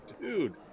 dude